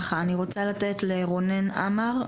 הדיבור לרונן עמר,